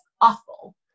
awful